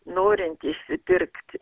norint išsipirkti